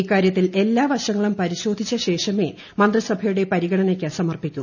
ഇക്കാരൃത്തിൽ എല്ലാ വശങ്ങളും പരിശോധിച്ച ശേഷമേ മന്ത്രിസഭയുടെ പരിഗണനയ്ക്ക് സമർപ്പിക്കൂ